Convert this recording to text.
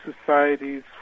societies